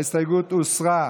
ההסתייגות הוסרה.